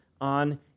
on